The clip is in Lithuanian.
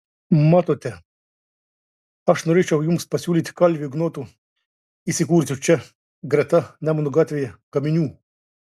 matote aš norėčiau jums pasiūlyti kalvio ignoto įsikūrusio čia greta nemuno gatvėje gaminių